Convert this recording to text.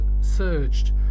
surged